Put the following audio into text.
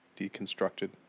deconstructed